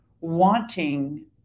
wanting